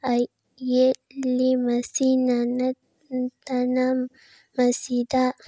ꯌꯦꯠꯂꯤ ꯃꯁꯤꯅ ꯅꯠꯇꯅ ꯃꯁꯤꯗ